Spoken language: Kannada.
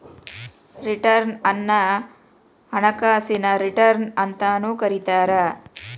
ರಿಟರ್ನ್ ಅನ್ನ ಹಣಕಾಸಿನ ರಿಟರ್ನ್ ಅಂತಾನೂ ಕರಿತಾರ